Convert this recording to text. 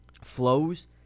flows